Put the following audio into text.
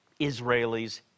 Israelis